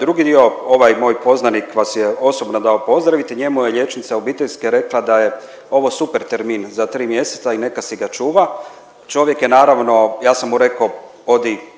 drugi dio, ovaj moj poznanik vas je osobno dao pozdraviti njemu je liječnica obiteljske rekla da je ovo super termin za 3 mjeseca i neka si ga čuva. Čovjek je naravno, ja sam mu rekao odi